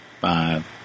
five